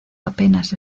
apenas